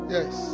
Yes